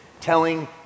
telling